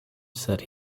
said